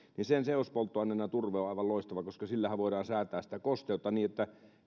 ja sen seospolttoaineena turve on aivan loistava koska sillähän voidaan säätää sitä kosteutta niin että